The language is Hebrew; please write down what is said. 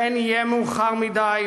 פן יהיה מאוחר מדי,